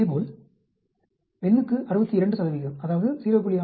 இதேபோல் பெண்ணுக்கு 62 அதாவது 0